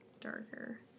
darker